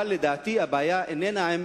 אבל לדעתי, הבעיה איננה עם